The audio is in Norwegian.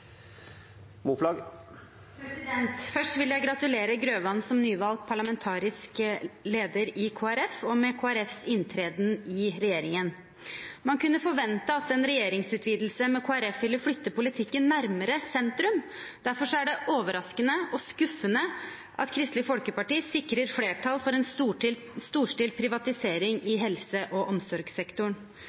replikkordskifte. Først vil jeg gratulere representanten Grøvan som nyvalgt parlamentarisk leder i Kristelig Folkeparti og med Kristelig Folkepartis inntreden i regjeringen. Man kunne forvente at en regjeringsutvidelse med Kristelig Folkeparti ville flytte politikken nærmere sentrum. Derfor er det overraskende og skuffende at Kristelig Folkeparti sikrer flertall for en storstilt privatisering i helse- og omsorgssektoren.